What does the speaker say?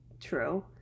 true